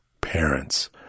parents